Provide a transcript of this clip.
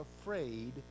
afraid